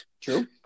True